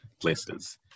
places